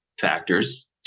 factors